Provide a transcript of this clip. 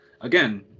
again